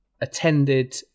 attended